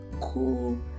cool